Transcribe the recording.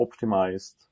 optimized